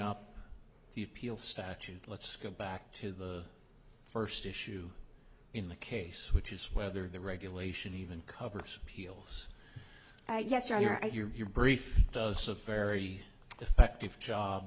up the appeal statute let's go back to the first issue in the case which is whether the regulation even covers peals i guess you're right your brief does a very effective job